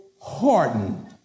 hardened